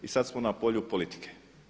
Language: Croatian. I sad smo na polju politike.